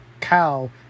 cow